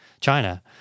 China